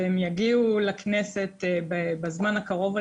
והם יגיעו לכנסת בזמן הקרוב,